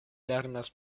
lernas